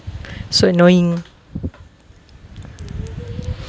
so annoying